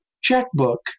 checkbook